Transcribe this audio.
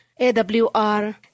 AWR